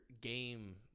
game